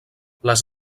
les